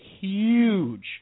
huge